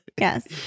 Yes